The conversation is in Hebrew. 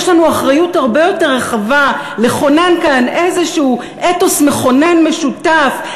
יש לנו אחריות הרבה יותר רחבה: לכונן כאן איזשהו אתוס מכונן משותף,